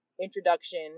introduction